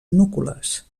núcules